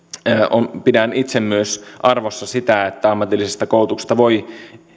pidän itse arvossa sitä että ammatillisesta koulutuksesta voi